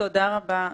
תודה רבה.